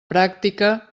pràctica